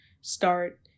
start